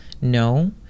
no